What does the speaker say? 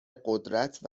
قدرت